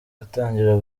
atangira